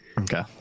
Okay